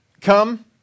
Come